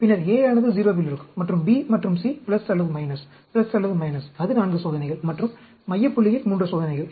பின்னர் A ஆனது 0 இல் இருக்கும் மற்றும் B மற்றும் C பிளஸ் அல்லது அல்லது அது 4 சோதனைகள் மற்றும் மையப் புள்ளியில் 3 சோதனைகள்